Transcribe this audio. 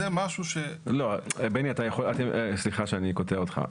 זה משהו ש --- לא, בני, סליחה שאני קוטע אותך.